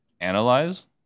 analyze